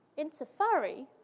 in safari,